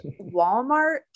walmart